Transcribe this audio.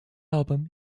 album